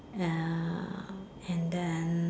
ya and then